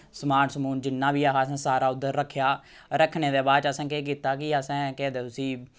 समान समून जिन्ना बी ऐ हा असें सारा उद्धर रक्खेआ रक्खने दे बाद च असें केह् कीता कि असें केह् आखदे उसी